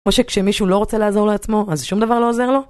או שכשמישהו לא רוצה לעזור לעצמו, אז שום דבר לא עוזר לו?